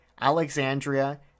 Alexandria